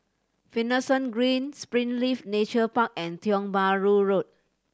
Finlayson Green Springleaf Nature Park and Tiong Bahru Road